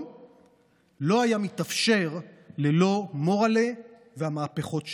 לא היה מתאפשר ללא מור'לה והמהפכות שעשה.